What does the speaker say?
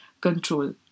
control